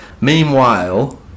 Meanwhile